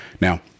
Now